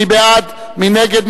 מי בעד?